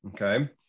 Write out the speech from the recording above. okay